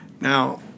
Now